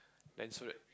then so that